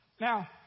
Now